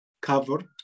covered